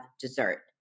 dessert